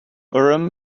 urim